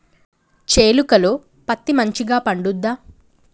చేలుక లో పత్తి మంచిగా పండుద్దా?